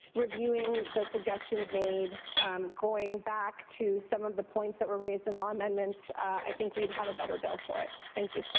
revenuing the suggestions made going back to some of the points that were raised in law amendments i think we would have a better bill for it. thank you.